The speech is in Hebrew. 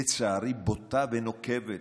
לצערי בוטה ונוקבת,